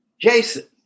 Jason